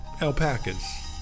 alpacas